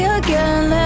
again